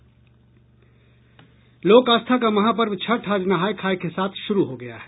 लोक आस्था का महापर्व छठ आज नहाय खाय के साथ शुरू हो गया है